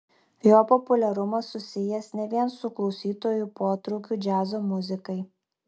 jo populiarumas susijęs ne vien su klausytojų potraukiu džiazo muzikai